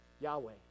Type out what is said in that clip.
Yahweh